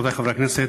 חברי חברי הכנסת,